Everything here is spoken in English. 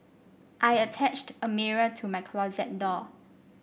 I attached a mirror to my closet door